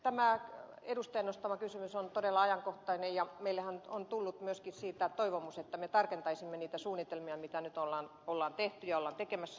tämä edustajan nostama kysymys on todella ajankohtainen ja meillehän nyt on tullut myöskin siitä toivomus että me tarkentaisimme niitä suunnitelmia mitä nyt on tehty ja ollaan tekemässä